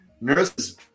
Nurses